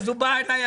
אז הוא בא אליי,